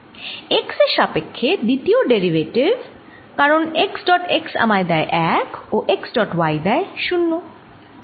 x এর সাপক্ষ্যে দ্বিতীয় ডেরিভেটিভকারন x ডট x আমায় দেয় 1 ও x ডট y দেয় 0